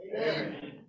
amen